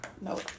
No